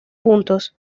puntos